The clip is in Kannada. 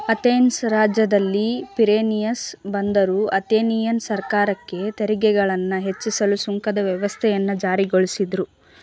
ಅಥೆನ್ಸ್ ರಾಜ್ಯದಲ್ಲಿ ಪಿರೇಯಸ್ ಬಂದರು ಅಥೆನಿಯನ್ ಸರ್ಕಾರಕ್ಕೆ ತೆರಿಗೆಗಳನ್ನ ಹೆಚ್ಚಿಸಲು ಸುಂಕದ ವ್ಯವಸ್ಥೆಯನ್ನ ಜಾರಿಗೊಳಿಸಿದ್ರು